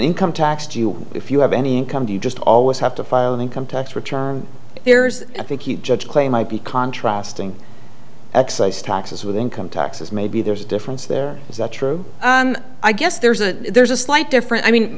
income tax if you have any income do you just always have to file an income tax return there's i think you judge a claim might be contrast in excise taxes with income taxes maybe there's a difference there is that true i guess there's a there's a slight difference i mean